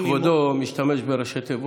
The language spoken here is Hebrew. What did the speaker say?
כבודו משתמש בראשי תיבות,